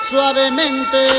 Suavemente